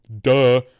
Duh